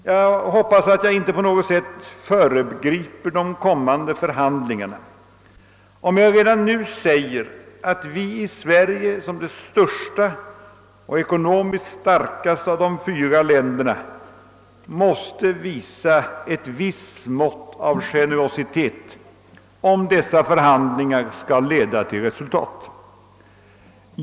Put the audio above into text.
Jag hoppas att jag inte på något sätt föregriper de kommande förhandlingarna om jag redan nu säger att vi i Sverige som det största och ekonomiskt starkaste av de fyra länderna måste visa ett visst mått av generositet om dessa förhandlingar skall leda till resultat.